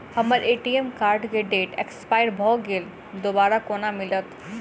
हम्मर ATM card केँ date expire भऽ गेल दोबारा कोना मिलत?